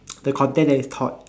the content that is taught